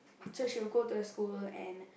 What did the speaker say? so she would go to a school and